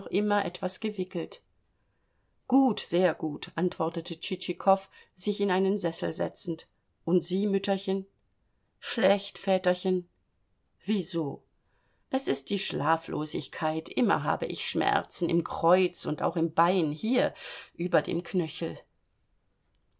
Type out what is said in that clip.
immer etwas gewickelt gut sehr gut antwortete tschitschikow sich in einen sessel setzend und sie mütterchen schlecht väterchen wieso es ist die schlaflosigkeit immer habe ich schmerzen im kreuz und auch im bein hier über dem knöchel